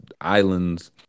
islands